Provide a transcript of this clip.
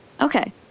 Okay